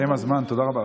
הסתיים הזמן, תודה רבה.